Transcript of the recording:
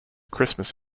christmas